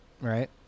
Right